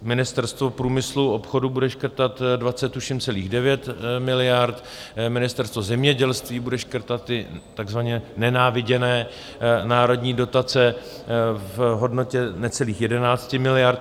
Ministerstvo průmyslu a obchodu bude škrtat tuším 20,9 miliard, Ministerstvo zemědělství bude škrtat ty takzvaně nenáviděné národní dotace v hodnotě necelých 11 miliard.